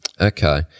okay